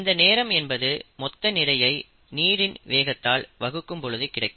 இந்த நேரம் என்பது மொத்த நிறையை நீரின் வேகத்தால் வகுக்கும் பொழுது கிடைக்கும்